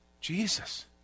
Jesus